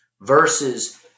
versus